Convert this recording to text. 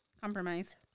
compromise